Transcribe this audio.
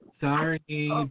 Sorry